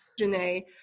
Janae